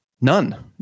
none